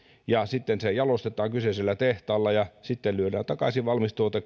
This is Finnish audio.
ja sitten se jalostetaan kyseisellä tehtaalla ja lyödään valmis tuote